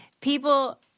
people